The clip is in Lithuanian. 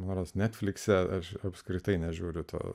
noras netflixe aš apskritai nežiūriu to